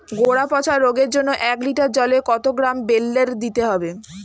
গোড়া পচা রোগের জন্য এক লিটার জলে কত গ্রাম বেল্লের দিতে হবে?